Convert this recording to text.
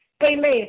Amen